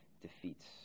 defeats